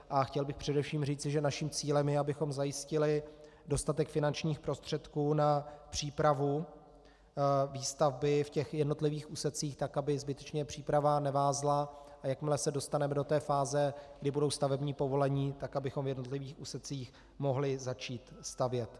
A chtěl bych především říci, že naším cílem je, abychom zajistili dostatek finančních prostředků na přípravu výstavby v jednotlivých úsecích tak, aby zbytečně příprava nevázla, a jakmile se dostaneme do fáze, kdy budou stavební povolení, tak abychom mohli v jednotlivých úsecích začít stavět.